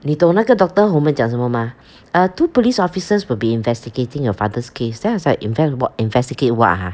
你懂那个 doctor 后面讲什么吗 uh two police officers will be investigating your father's case then I was like involved what investigate what ha